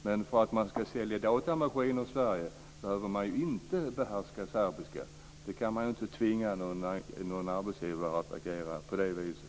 Men för att sälja datamaskiner i Sverige behöver man inte behärska serbiska. Vi kan inte tvinga någon arbetsgivare att agera på det viset.